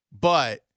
but-